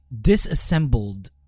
disassembled